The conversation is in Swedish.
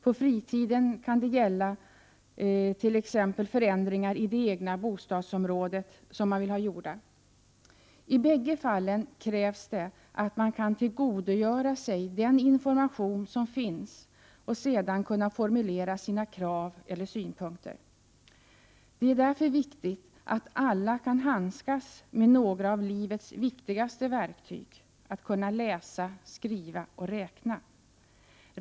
På fritiden kan det t.ex. gälla förändringar i det egna bostadsområdet som man vill ha gjorda. I bägge fallen krävs det att man kan tillgodogöra sig den information som finns och att man sedan kan formulera sina krav eller synpunkter. Det är därför viktigt att alla kan handskas med några av livets viktigaste verktyg: att kunna läsa, skriva och räkna.